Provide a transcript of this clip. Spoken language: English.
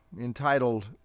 entitled